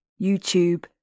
YouTube